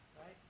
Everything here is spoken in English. right